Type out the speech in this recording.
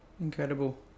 Incredible